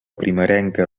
primerenca